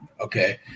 okay